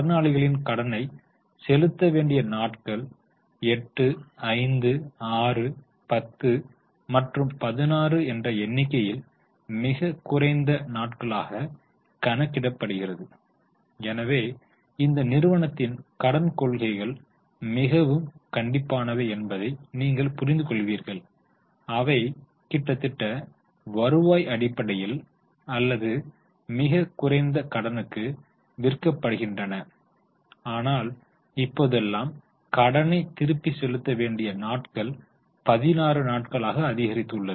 கடனாளிகள் கடனை செலுத்த வேண்டிய நாட்கள் 8 5 6 10 மற்றும் 16 என்ற எண்ணிக்கையில் மிக குறைந்த நாட்களாக காணப்படுகிறது எனவே இந்த நிறுவனத்தின் கடன் கொள்கைகள் மிகவும் கண்டிப்பானவை என்பதை நீங்கள் புரிந்துகொள்வீர்கள் அவை கிட்டத்தட்ட வருவாய் அடிப்படையில் அல்லது மிகக் குறைந்த கடனுக்கு விற்கப்படுகின்றன ஆனால் இப்போதெல்லாம் கடனை திருப்பி செலுத்த வேண்டிய நாட்கள் 16 நாட்களாக அதிகரித்துள்ளது